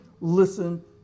listen